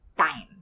time